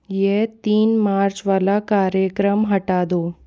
ये तीन मार्च वाला कार्यक्रम हटा दो